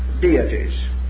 deities